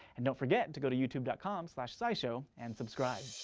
and don't forget to go to youtube dot com slash scishow and subscribe.